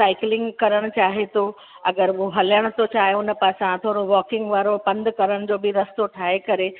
cycling करणु चाहे थो अगरि उहो हलण थो चाहे हुन पासां थोरो वॉकिंग वारो पंधु करण जो बि रस्तो ठाहे करे